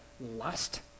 lust